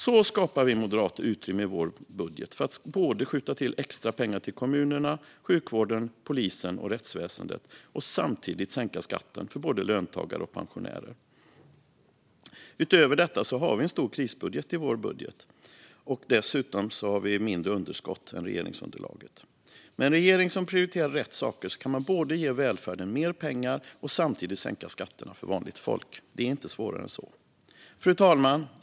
Så skapar vi moderater utrymme i vår budget för att skjuta till extra pengar till kommunerna, sjukvården, polisen och rättsväsendet och för att samtidigt sänka skatten för både löntagare och pensionärer. Utöver detta har vi en stor krisbuffert i vår budget. Och vi har dessutom mindre underskott än regeringsunderlaget. Med en regering som prioriterar rätt saker kan man både ge välfärden mer pengar och sänka skatterna för vanligt folk. Det är inte svårare än så. Fru talman!